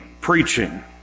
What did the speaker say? preaching